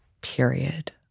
period